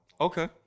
Okay